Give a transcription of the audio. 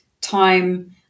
time